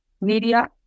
media